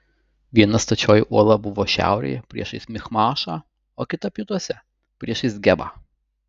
viena stačioji uola buvo šiaurėje priešais michmašą o kita pietuose priešais gebą